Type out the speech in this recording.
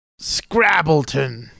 Scrabbleton